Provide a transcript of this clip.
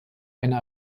eine